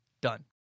done